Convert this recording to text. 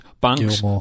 Banks